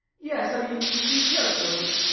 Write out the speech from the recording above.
yes i mean do you care for him?